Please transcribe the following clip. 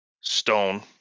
Stone